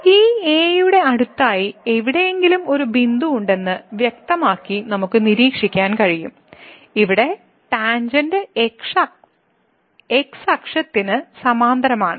ഈ a യുടെ അടുത്തായി എവിടെയെങ്കിലും ഒരു ബിന്ദു ഉണ്ടെന്ന് വ്യക്തമായി നമുക്ക് നിരീക്ഷിക്കാൻ കഴിയും ഇവിടെ ടാൻജെന്റ് x അക്ഷത്തിന് സമാന്തരമാണ്